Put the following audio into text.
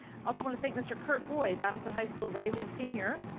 also wanna thank mr. kurt boyd, battlefield high school rising senior,